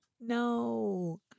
no